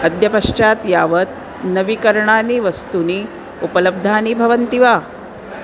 अद्यपश्चात् यावत् नवीकरणानि वस्तूनि उपलब्धानि भवन्ति वा